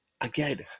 again